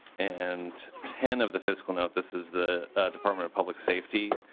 and ten of the fiscal note. this is the department of public safety.